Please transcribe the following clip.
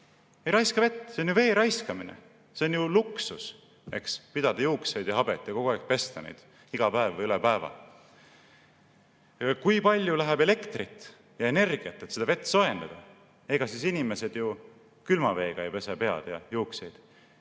ei raiska vett! See on ju vee raiskamine, see on luksus, pidada juukseid ja habet ja kogu aeg pesta neid, iga päev või üle päeva. Kui palju läheb elektrit ja energiat, et seda vett soojendada! Ega siis inimesed ju külma veega ei pese pead ja juukseid.